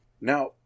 Now